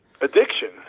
addiction